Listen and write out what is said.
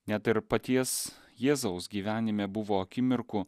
net ir paties jėzaus gyvenime buvo akimirkų